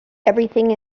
everything